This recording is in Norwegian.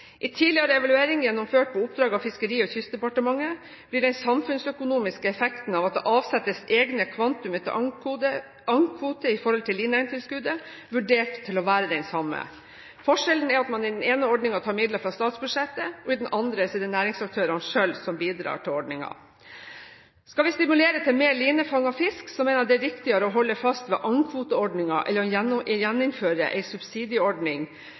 I tidligere evalueringer gjennomført på oppdrag fra Fiskeri- og kystdepartementet blir den samfunnsøkonomiske effekten av at det avsettes egne kvanta til agnkvoter i forhold til et lineegnetilskudd vurdert til å være den samme. Forskjellen er at man i den ene ordningen tar midler fra statsbudsjettet. I den andre er det næringsaktørene selv som bidrar til ordningen. Skal vi stimulere til mer linefanget fisk, mener jeg det er riktigere å holde fast ved agnkvoteordningen enn å gjeninnføre en subsidieordning